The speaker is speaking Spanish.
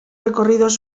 recorridos